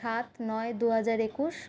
সাত নয় দুহাজার একুশ